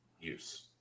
use